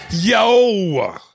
Yo